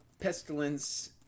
pestilence